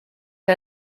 que